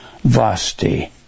Vasti